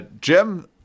Jim